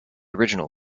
original